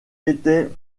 étaient